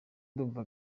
ndumva